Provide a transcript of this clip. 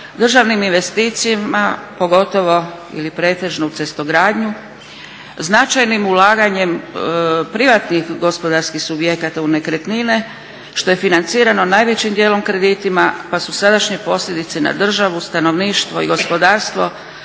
državnim investicijama, pogotovo ili pretežno u cestogradnju, značajnim ulaganjem privatnih gospodarskih subjekata u nekretnine što je financirano najvećim dijelom kreditima pa su sadašnje posljedice na državu, stanovništvo i gospodarstvo